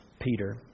Peter